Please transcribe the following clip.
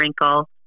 wrinkle